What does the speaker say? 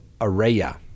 Araya